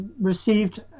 received